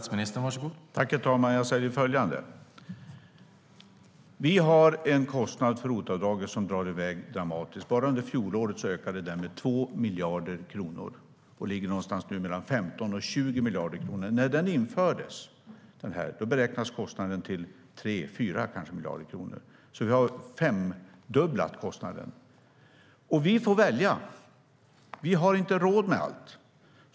Herr talman! Jag säger följande: Vi har en kostnad för ROT-avdraget som drar iväg dramatiskt. Bara under fjolåret ökade den med 2 miljarder kronor, och den ligger nu någonstans mellan 15 och 20 miljarder kronor. När den infördes beräknades kostnaden till 3 eller kanske 4 miljarder kronor. Vi har alltså femdubblat kostnaden. Vi får välja. Vi har inte råd med allt.